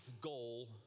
goal